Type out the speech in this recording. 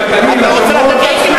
מה תעשה אתם?